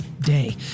day